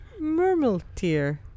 Murmeltier